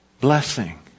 blessing